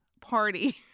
party